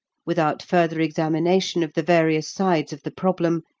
without further examination of the various sides of the problem,